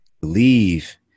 Believe